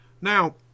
Now